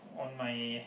on my